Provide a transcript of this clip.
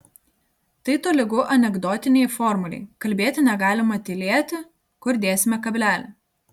tai tolygu anekdotinei formulei kalbėti negalima tylėti kur dėsime kablelį